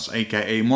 aka